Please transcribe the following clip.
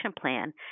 plan